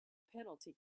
penalty